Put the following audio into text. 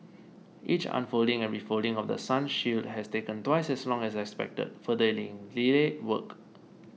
each unfolding and refolding of The Sun shield has taken twice as long as expected further delaying work